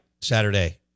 Saturday